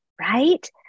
right